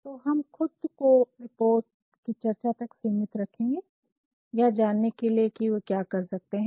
तो हम खुद को कुछ रिपोर्ट की चर्चा तक सीमित रखेंगे यह जानने के लिए कि वे क्या कर सकते हैं